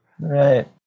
Right